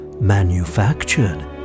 manufactured